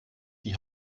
die